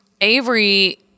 Avery